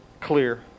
clear